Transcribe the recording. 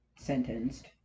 sentenced